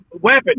weapon